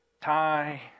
Tie